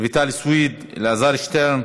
רויטל סויד, אלעזר שטרן,